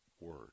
word